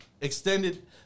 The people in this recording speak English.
extended